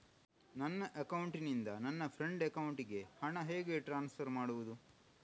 ನನ್ನ ಅಕೌಂಟಿನಿಂದ ನನ್ನ ಫ್ರೆಂಡ್ ಅಕೌಂಟಿಗೆ ಹಣ ಹೇಗೆ ಟ್ರಾನ್ಸ್ಫರ್ ಮಾಡುವುದು?